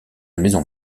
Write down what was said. maison